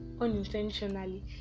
unintentionally